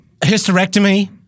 hysterectomy